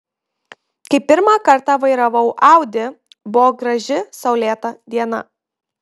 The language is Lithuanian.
kai pirmą kartą vairavau audi buvo graži saulėta diena